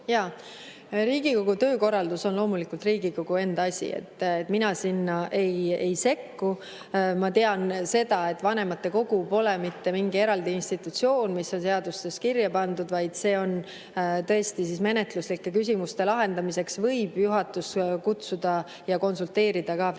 Riigikogu töökorraldus on loomulikult Riigikogu enda asi, mina sinna ei sekku. Ma tean seda, et vanematekogu pole mitte mingi eraldi institutsioon, mis on seadustesse kirja pandud, vaid see on tõesti nii, et menetluslike küsimuste lahendamiseks võib juhatus kokku kutsuda [vanematekogu] ja konsulteerida ka fraktsioonide